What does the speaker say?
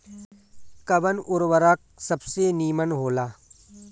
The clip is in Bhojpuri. कवन उर्वरक सबसे नीमन होला?